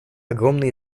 огромные